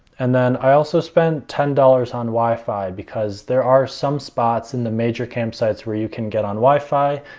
and then i also spent ten dollars on wi-fi because there are some spots in the major campsites where you can get on wi-fi,